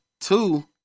Two